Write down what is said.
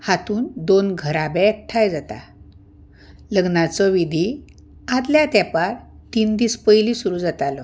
हातूंत दोन घराबे एकठांय जाता लग्नाच्यो विधी आदले तेंपार तीन दीस पयलीं सुरू जाताल्यो